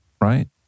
right